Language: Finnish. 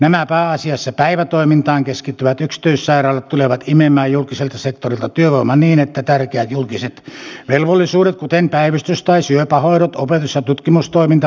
nämä pääasiassa päivätoimintaan keskittyvät yksityissairaalat tulevat imemään julkiselta sektorilta työvoiman niin että tärkeät julkiset velvollisuudet kuten päivystys tai syöpähoidot opetus ja tutkimustoiminta vaarantuvat